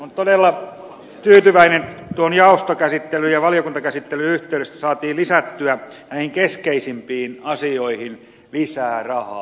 olen todella tyytyväinen siitä että tuon jaostokäsittelyn ja valiokuntakäsittelyn yhteydessä saatiin lisättyä näihin keskeisimpiin asioihin lisää rahaa